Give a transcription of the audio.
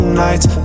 nights